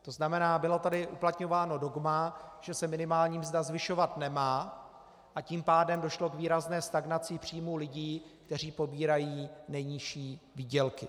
To znamená, bylo tady uplatňováno dogma, že se minimální mzda zvyšovat nemá, a tím pádem došlo k výrazné stagnaci příjmů lidí, kteří pobírají nejnižší výdělky.